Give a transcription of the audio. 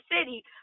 city